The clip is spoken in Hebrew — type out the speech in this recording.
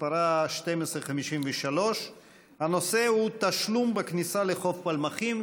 מספרה 1253. הנושא הוא: תשלום בכניסה לחוף פלמחים.